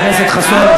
חבר הכנסת חסון,